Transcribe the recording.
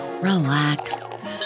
relax